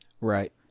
Right